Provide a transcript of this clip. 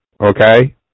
Okay